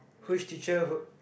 who is teacher who